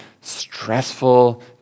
stressful